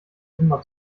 summer